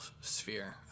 sphere